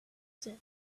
sun